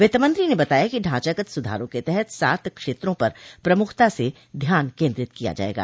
वित्त मंत्री ने बताया कि ढांचागत सुधारों के तहत सात क्षेत्रों पर प्रमुखता से ध्यान केन्दित किया जाएगा